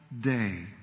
day